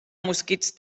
mosquits